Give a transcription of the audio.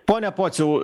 pone pociau